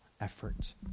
effort